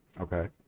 Okay